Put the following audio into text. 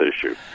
issue